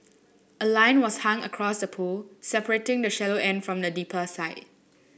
a line was hung across the pool separating the shallow end from the deeper side